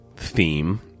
theme